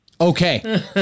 Okay